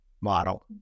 model